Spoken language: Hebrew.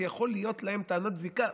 שיכולה להיות להם טענת זיקה,